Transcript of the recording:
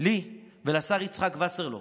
כאן, לי ולשר יצחק וסרלאוף.